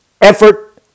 effort